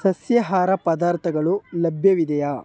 ಸಸ್ಯಾಹಾರ ಪದಾರ್ಥಗಳು ಲಭ್ಯವಿದೆಯಾ